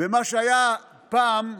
במה שהיה פעם,